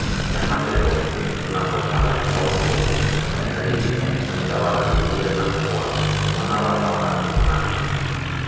ᱡᱟᱦᱟᱸ ᱛᱮᱫᱚ ᱚᱱᱟ ᱴᱚᱴᱷᱟ ᱨᱮᱱ ᱦᱚᱲ ᱠᱚ ᱟᱹᱰᱤ ᱥᱟᱧᱪᱟᱣ ᱟᱱᱟᱜ ᱜᱮ ᱦᱩᱭ ᱟᱠᱟᱱ ᱛᱟᱠᱳᱣᱟ ᱥᱮ ᱢᱟᱱᱟᱣ ᱵᱟᱛᱟᱣ ᱟᱱᱟᱜ ᱜᱮ ᱠᱟᱱᱟ